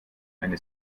eine